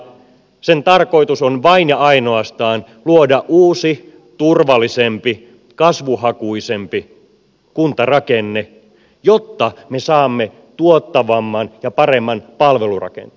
sen tarkoitus on vain ja ainoastaan luoda uusi turvallisempi kasvuhakuisempi kuntarakenne jotta me saamme tuottavamman ja paremman palvelurakenteen